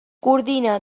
coordina